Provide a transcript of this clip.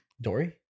dory